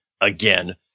again